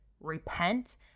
Repent